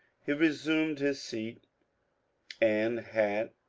he resumed his seat and hat,